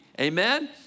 Amen